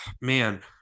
man